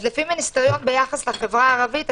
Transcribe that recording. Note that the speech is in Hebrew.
ביחס לחברה הערבית,